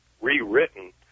rewritten